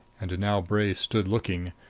and now bray stood looking,